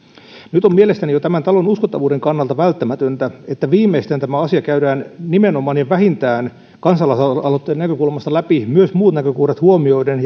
nyt on mielestäni jo tämän talon uskottavuudenkin kannalta välttämätöntä että tämä asia viimeistään käydään nimenomaan ja vähintään kansalaisaloitteen näkökulmasta läpi myös muut näkökohdat huomioiden